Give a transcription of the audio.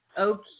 okay